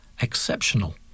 exceptional